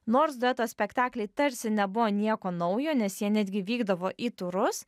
nors dueto spektakliai tarsi nebuvo nieko naujo nes jie netgi vykdavo į turus